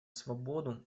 свободу